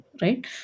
right